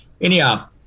Anyhow